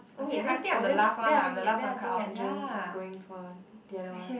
oh wait then oh then then I think then I think that Jerome is going for the other one